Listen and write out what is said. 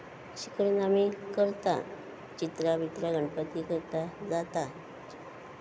अशें करून आमी करता चित्रां बित्रां गणपती करता जाता